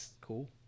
cool